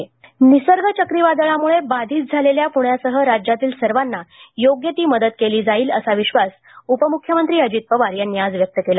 निसर्ग चक्रीवादळ निसर्ग चक्रीवादळामुळे बाधित झालेल्या पुण्यासह राज्यातील सर्वांना योग्य मदत केली जाईल असा विश्वास उपमुख्यमंत्री अजित पवार यांनी आज व्यक्त केला